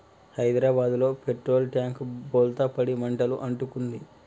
హైదరాబాదులో petrol tank బోల్తా పడి మంటలు అంటుకుంది